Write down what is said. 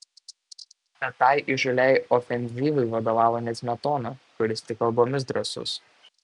bet tai įžūliai ofenzyvai vadovavo ne smetona kuris tik kalbomis drąsus